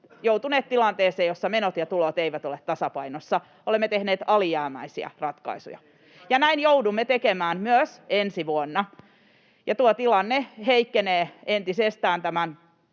joutuneet tilanteeseen, jossa menot ja tulot eivät ole tasapainossa. Olemme tehneet alijäämäisiä ratkaisuja, ja näin joudumme tekemään myös ensi vuonna. Ja tuo tilanne heikkenee entisestään näiden